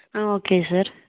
okay sir